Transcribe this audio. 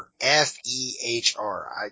F-E-H-R